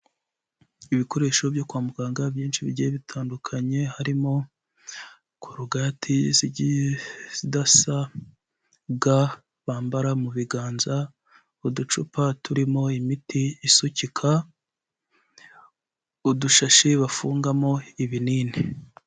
Ibikoresho byo kwa muganga byinshi bigiye bitandukanye harimo korogate zigiye zidasa, ga bambara mu biganza, uducupa turimo imiti isukika, udushashi bafungamo ibinini.